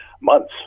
months